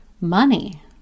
money